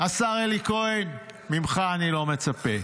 השר אלי כהן, ממך אני לא מצפה.